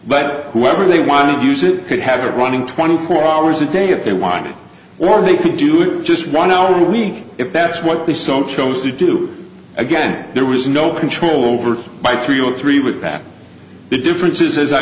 but whoever they want to use it could have it running twenty four hours a day if they wanted or they could do it just one hour a week if that's what they so chose to do again there was no control over by three or three with perhaps the differences as i